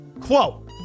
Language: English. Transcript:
Quote